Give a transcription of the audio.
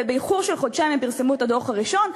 ובאיחור של חודשיים הם פרסמו את הדוח הראשון.